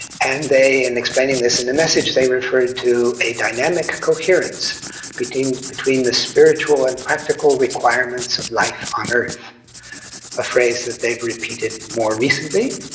and in explaining this in the message, they referred to a dynamic coherence between between the spiritual and practical requirements of life on earth a phrase that they've repeated more recently,